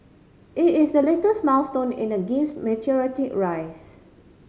it is the latest milestone in the game's meteoric rise